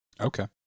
Okay